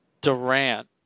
Durant